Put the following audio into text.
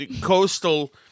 coastal